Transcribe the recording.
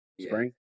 Spring